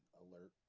alert